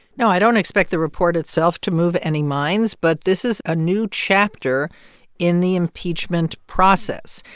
no, i don't expect the report itself to move any minds, but this is a new chapter in the impeachment process.